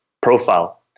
profile